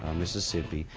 mississippi.